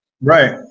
Right